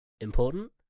important